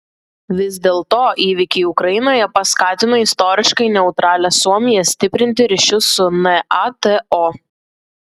vis dėlto įvykiai ukrainoje paskatino istoriškai neutralią suomiją stiprinti ryšius su nato